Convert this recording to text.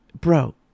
bro